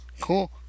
Cool